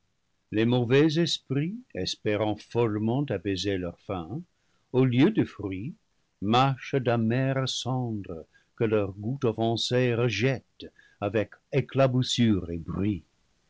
les mauvais esprits espérant follement apaiser leur faim au lieu de fruit mâchent d'amères cendres que leur goût offensé rejette avec éclaboussure et bruit